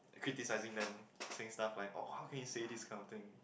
criticising them saying stuff like oh how can you say this kind of thing